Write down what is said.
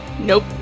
Nope